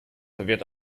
wird